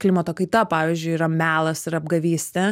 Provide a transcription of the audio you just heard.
klimato kaita pavyzdžiui yra melas ir apgavystė